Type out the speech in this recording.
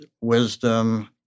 wisdom